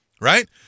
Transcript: right